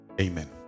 Amen